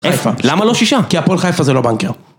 איפה? למה לא שישה? כי הפועל חיפה זה לא בנקר.